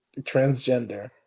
Transgender